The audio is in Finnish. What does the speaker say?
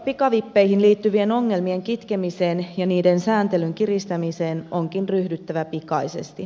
pikavippeihin liittyvien ongelmien kitkemiseen ja niiden sääntelyn kiristämiseen onkin ryhdyttävä pikaisesti